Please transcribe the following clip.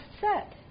set